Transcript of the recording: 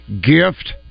gift